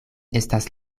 estas